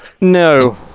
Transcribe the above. No